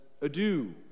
Adieu